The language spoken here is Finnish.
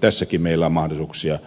tässäkin meillä on mahdollisuuksia